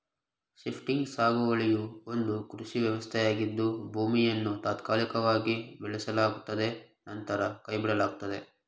shifting ಸಾಗುವಳಿಯು ಒಂದು ಕೃಷಿ ವ್ಯವಸ್ಥೆಯಾಗಿದ್ದು ಭೂಮಿಯನ್ನು ತಾತ್ಕಾಲಿಕವಾಗಿ ಬೆಳೆಸಲಾಗುತ್ತದೆ ನಂತರ ಕೈಬಿಡಲಾಗುತ್ತದೆ